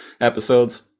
episodes